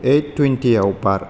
एइत तुवेन्तियाव बार